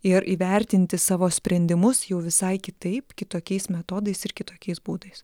ir įvertinti savo sprendimus jau visai kitaip kitokiais metodais ir kitokiais būdais